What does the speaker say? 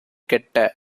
கெட்ட